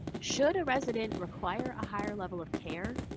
should a resident require a higher level of care,